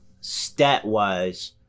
stat-wise